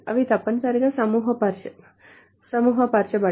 అవి తప్పనిసరిగా సమూహపరచబడాలి